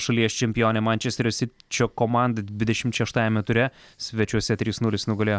šalies čempionę mančester sičio komandą dvidešimt šeštajame ture svečiuose trys nulis nugalėjo